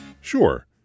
Sure